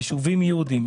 יישובים יהודיים,